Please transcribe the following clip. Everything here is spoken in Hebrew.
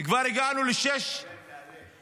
וכבר הגענו --- תעלה, תעלה.